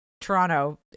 toronto